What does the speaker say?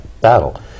battle